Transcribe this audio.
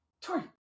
Tori